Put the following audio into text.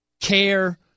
care